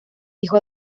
hijo